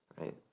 right